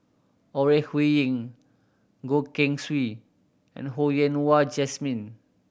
Ore Huiying Goh Keng Swee and Ho Yen Wah Jesmine